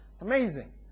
Amazing